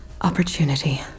Opportunity